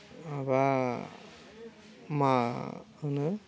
माबा मा होनो